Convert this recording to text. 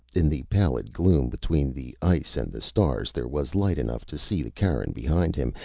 in the pallid gloom between the ice and the stars there was light enough to see the cairn behind him,